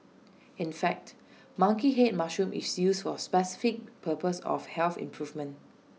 in fact monkey Head mushroom is used for specific purpose of health improvement